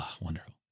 Wonderful